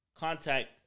Contact